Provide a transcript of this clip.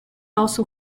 also